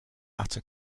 utter